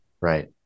Right